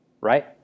Right